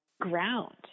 ground